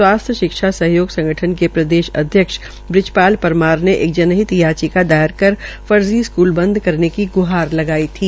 स्वास्थ्य शिक्षा सहयोग संगठन के प्रदेश अध्यक्ष ब्रजपाल परमार ने एक जनहित याचिका दायर कर फर्जी स्कूल बंद करने की ग्हार लगाई थी